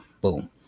Boom